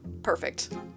Perfect